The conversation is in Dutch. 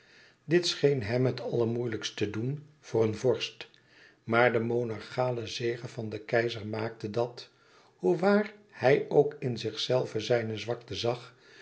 dit scheen hem het allermoeilijkst te doen voor een vorst maar de monarchale zege van den keizer maakte dat hoe waar hij ook in zichzelven zijne zwakte zag